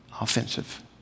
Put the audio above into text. offensive